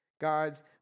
God's